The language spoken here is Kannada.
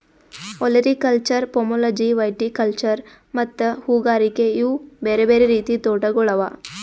ಒಲೆರಿಕಲ್ಚರ್, ಫೋಮೊಲಜಿ, ವೈಟಿಕಲ್ಚರ್ ಮತ್ತ ಹೂಗಾರಿಕೆ ಇವು ಬೇರೆ ಬೇರೆ ರೀತಿದ್ ತೋಟಗೊಳ್ ಅವಾ